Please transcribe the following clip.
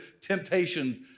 temptations